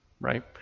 right